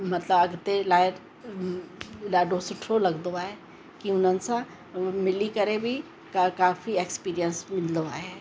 मतिलबु अॻिते लाइ ॾाढो सुठो लॻंदो आहे कि हुननि सां मिली करे बि क काफ़ी एक्सपीरीएंस मिलंदो आहे